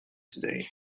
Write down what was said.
today